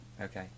Okay